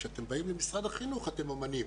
כשאתם באים למשרד החינוך אתם אומנים.